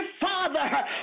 father